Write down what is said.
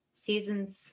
Seasons